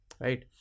Right